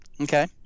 Okay